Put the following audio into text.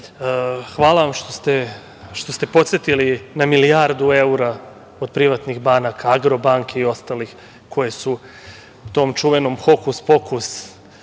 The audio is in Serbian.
vam što ste podsetili na milijardu evra od privatnih banaka, „Agrobanke“ i ostalih koje su tom čuvenom hokus-pokus